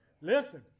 Listen